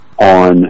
on